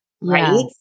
right